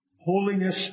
Holiness